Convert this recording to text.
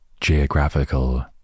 geographical